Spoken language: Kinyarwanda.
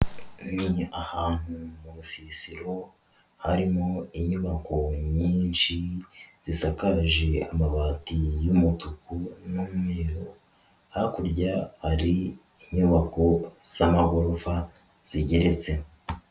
Ni ahantu mu rusisiro harimo inyubako nyinshi zisakaje amabati y'umutuku n'umweru, hakurya hari inyubako z'amagorofa zigeretse.